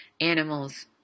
animals